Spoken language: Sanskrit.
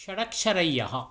षडक्षरय्यः